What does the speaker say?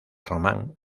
román